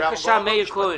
מאיר כהן.